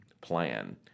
plan